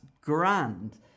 grand